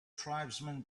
tribesmen